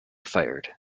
fired